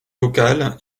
locale